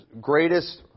greatest